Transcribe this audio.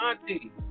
auntie